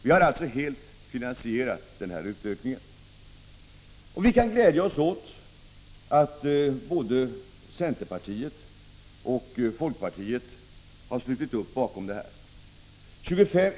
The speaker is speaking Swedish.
Vi har alltså helt kunna anvisa en finansiering av det utökade anslaget, och vi kan glädja oss åt att både centerpartiet och folkpartiet har slutit upp bakom detta förslag.